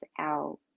out